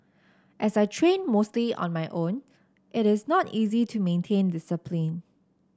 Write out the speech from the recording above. as I train mostly on my own it is not easy to maintain discipline